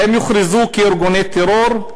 האם יוכרזו כארגוני טרור,